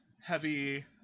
heavy